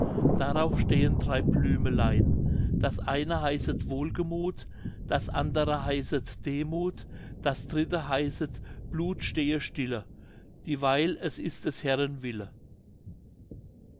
darauf stehen drei blümelein das eine heißet wohlgemuth das andere heißet demuth das dritte heißet blut stehe stille dieweil es ist des herren wille